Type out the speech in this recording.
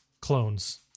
clones